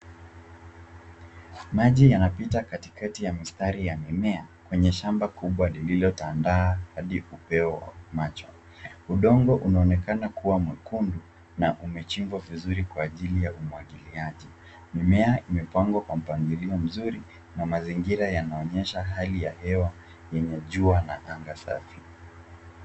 Maji yanapita katikati ya mistari ya mimea kwenye shamba kubwa lililotanda hadi upeo wa macho. Udongo unaonekana kuwa mwekundu na umechimbwa vizuri kwa ajili ya umwagiliaji. Mimea imepangwa kwa mpangilio mzuri na mazingira yanaonyesha ajali ya hewa yenye jua na anga safi.